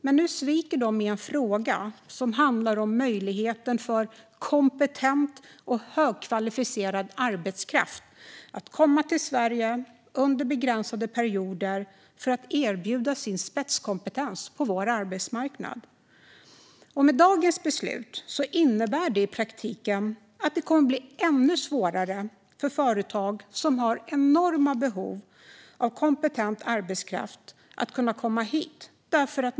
Men nu sviker de i en fråga som handlar om möjligheten för kompetent och högkvalificerad arbetskraft att komma till Sverige under begränsade perioder för att erbjuda sin spetskompetens på vår arbetsmarknad. Dagens beslut innebär i praktiken att det kommer att bli ännu svårare för företag som har enorma behov av kompetent arbetskraft att locka hit EU-medborgare.